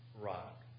Rock